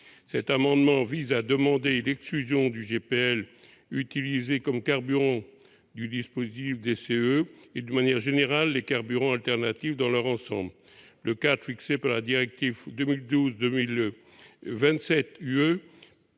Cet amendement vise par conséquent à demander l'exclusion du GPL utilisé comme carburant du dispositif des CEE et, d'une manière générale, les carburants alternatifs dans leur ensemble. Le cadre fixé par la directive 2012/27/UE